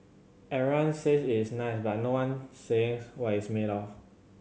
everyone says it's nice but no one says what it's made of